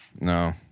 No